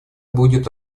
будет